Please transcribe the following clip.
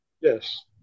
Yes